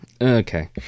okay